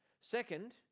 Second